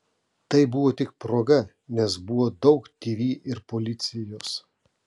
tai buvo tik proga nes buvo daug tv ir policijos